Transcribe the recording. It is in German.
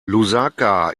lusaka